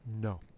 No